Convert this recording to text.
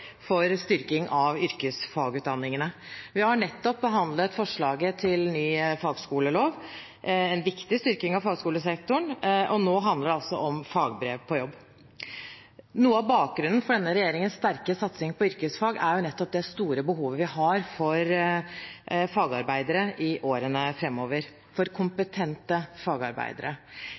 en styrking av yrkesfagutdanningene. Vi har nettopp behandlet forslaget til ny fagskolelov, en viktig styrking av fagskolesektoren, og nå handler det altså om Fagbrev på jobb. Noe av bakgrunnen for denne regjeringens sterke satsing på yrkesfag er nettopp det store behovet vi har for fagarbeidere, kompetente fagarbeidere, i årene